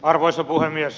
arvoisa puhemies